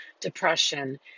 depression